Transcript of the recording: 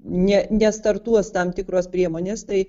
ne nestartuos tam tikros priemonės tai